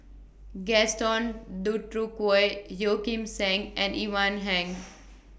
Gaston Dutronquoy Yeo Kim Seng and Ivan Heng